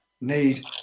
need